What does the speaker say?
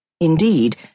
Indeed